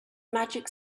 magic